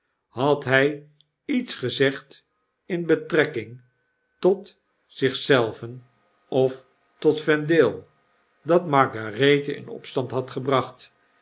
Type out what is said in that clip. had hij iets gezegd in betrekking tot zich zelven of tot vendale dat margarethe in opstand had gebracht